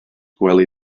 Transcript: gwely